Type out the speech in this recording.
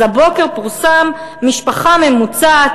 אז הבוקר פורסם: משפחה ממוצעת,